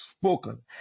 spoken